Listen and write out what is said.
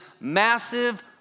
massive